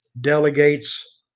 delegates